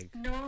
No